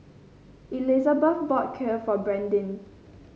Elisabeth bought Kheer for Brandyn